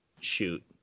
shoot